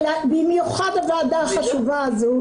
במיוחד הוועדה החשובה הזו,